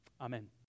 Amen